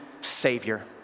savior